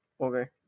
okay